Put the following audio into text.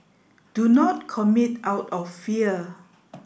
do not commit out of fear